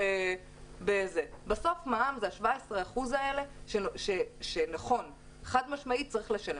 בסוף מע"מ זה 17% שחד משמעית צריך לשלם.